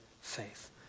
faith